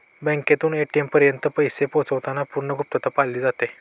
बँकेतून ए.टी.एम पर्यंत पैसे पोहोचवताना पूर्ण गुप्तता पाळली जाते